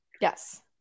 yes